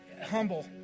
humble